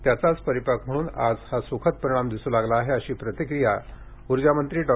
त्याचाच परिपाक म्हणून आज सुखद परिणाम दिसू लागले आहेत अशी प्रतिक्रिया उर्जामंत्री डॉ